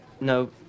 No